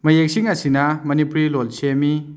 ꯃꯌꯦꯛꯁꯤꯡ ꯑꯁꯤꯅ ꯃꯅꯤꯄꯨꯔꯤ ꯂꯣꯟ ꯁꯦꯝꯃꯤ